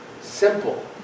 simple